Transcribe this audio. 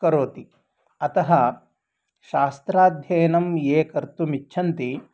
करोति अतः शास्त्राध्ययनं ये कर्तुम् इच्छन्ति